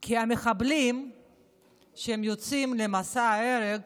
כי המחבלים שיוצאים למסע הרג